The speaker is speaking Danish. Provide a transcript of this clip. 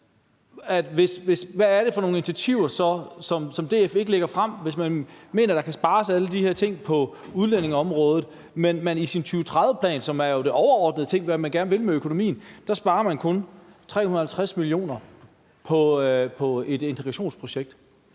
Hvad er det så for nogle initiativer, som DF ikke lægger frem, hvis man mener, at der kan spares på alle de her ting på udlændingeområdet, men at man i sin 2030-plan, som jo handler om de overordnede ting, som man gerne vil med økonomien, kun sparer 350 mio. kr. på et integrationsprojekt?